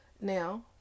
Now